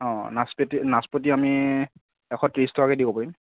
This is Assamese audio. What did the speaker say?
অঁ নাচপেতি নাচপতি আমি এশ ত্ৰিছ টকাকৈ দিব পাৰিম